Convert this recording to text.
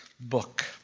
book